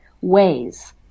ways